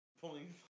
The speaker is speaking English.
Pulling